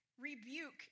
rebuke